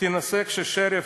כששריף